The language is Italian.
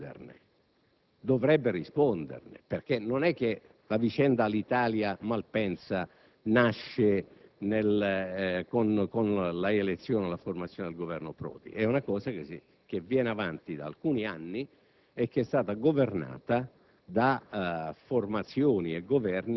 come siamo arrivati a questo punto, perché lo scarico di responsabilità può essere divertente dal punto di vista politico, ma non ci porta da nessuna parte; bisogna cominciare a chiedere chi ha fatto quelle scelte e chi le ha fatte dovrebbe risponderne,